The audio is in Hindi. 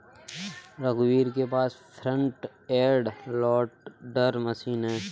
रघुवीर के पास फ्रंट एंड लोडर मशीन है